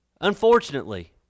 unfortunately